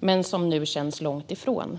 men nu känns långt borta.